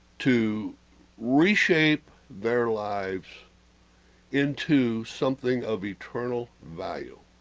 to reshape their lives into something of eternal value